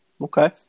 Okay